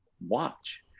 watch